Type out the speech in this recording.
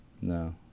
No